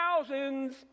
thousands